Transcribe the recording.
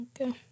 Okay